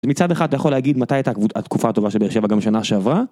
מצד אחד אתה יכול להגיד מתי הייתה התקופה הטובה של באר שבע גם שנה שעברה